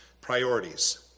priorities